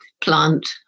plant